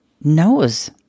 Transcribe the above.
knows